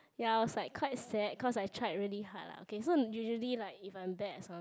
ya I was like quite sad because I tried really hard lah okay so usually like if I'm bad at